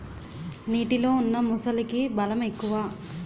నీటిలో ఉన్న మొసలికి బలం ఎక్కువ